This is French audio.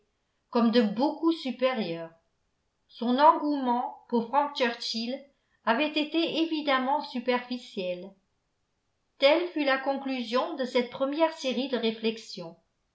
comme de beaucoup supérieur son engouement pour frank churchill avait été évidemment superficiel telle fut la conclusion de cette première série de réflexions